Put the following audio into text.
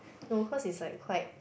no cause it's like quite